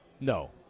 No